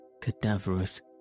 cadaverous